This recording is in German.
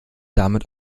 damit